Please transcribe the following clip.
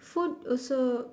food also